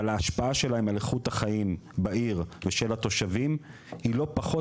אבל ההשפעה להם על איכות החיים בעיר ושל התושבים היא לא פחות